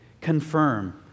confirm